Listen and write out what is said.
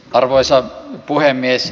arvoisa puhemies